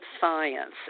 Science